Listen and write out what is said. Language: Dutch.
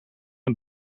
een